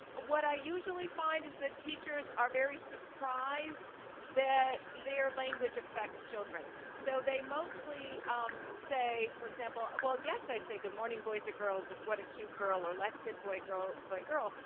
what i usually find is that teachers are very surprised that their language affects children. so they mostly um say, for example, well, yes, i say, good morning, boys or girls and what a cute girl or let's sit boy, girl, boy girl.